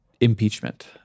impeachment